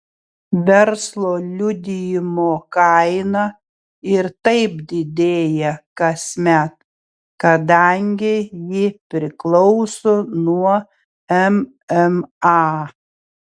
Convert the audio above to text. verslo liudijimo kaina ir taip didėja kasmet kadangi ji priklauso nuo mma